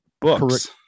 books